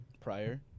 Prior